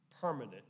permanent